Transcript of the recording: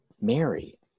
Mary